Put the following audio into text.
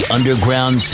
Underground